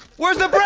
where's the but